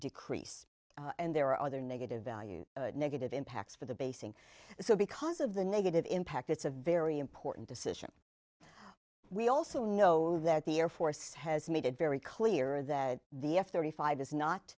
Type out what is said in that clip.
decrease and there are other negative value negative impacts for the basing so because of the negative impact it's a very important decision we also know that the air force has made it very clear that the f thirty five is not